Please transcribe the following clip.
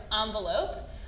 envelope